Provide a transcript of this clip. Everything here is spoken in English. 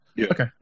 Okay